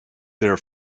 their